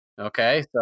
Okay